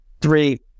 three